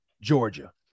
Georgia